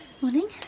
Morning